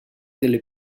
delle